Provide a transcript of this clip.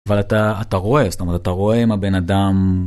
אבל אתה אתה רואה זאת אומרת אתה רואה אם הבן אדם.